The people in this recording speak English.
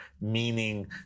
meaning